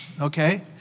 Okay